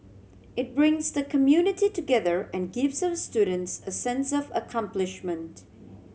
it brings the community together and gives our students a sense of accomplishment